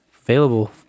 available